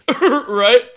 right